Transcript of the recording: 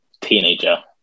teenager